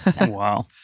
Wow